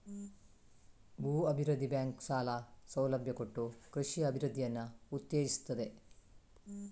ಭೂ ಅಭಿವೃದ್ಧಿ ಬ್ಯಾಂಕು ಸಾಲ ಸೌಲಭ್ಯ ಕೊಟ್ಟು ಕೃಷಿಯ ಅಭಿವೃದ್ಧಿಯನ್ನ ಉತ್ತೇಜಿಸ್ತದೆ